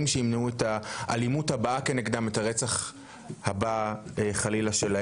על מנת למנוע את הרצח הבא בקרבם חלילה.